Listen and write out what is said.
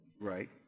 Right